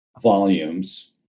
volumes